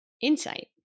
insight